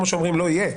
כמו שאומרים לא יהיה.